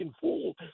fool